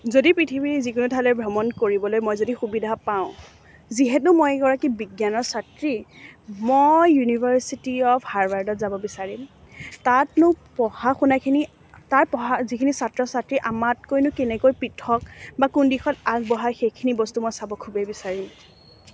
যদি পৃথিৱীৰ যিকোনো ঠাইলৈ ভ্ৰমণ কৰিবলৈ মই যদি সুবিধা পাওঁ যিহেতু মই এগৰাকী বিজ্ঞানৰ ছাত্ৰী মই ইউনিভাৰ্চিটি অফ হাৰ্ভাডত যাব বিচাৰিম তাতনো পঢ়া শুনাখিনি তাৰ যিখিনি ছাত্ৰ ছাত্ৰী আমাতকৈনো কেনেকৈ পৃথক বা আমাতকৈনো কোন দিশত আগবঢ়া সেইখিনি বস্তু মই খুবেই চাব বিচাৰিম